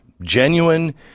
Genuine